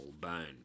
bone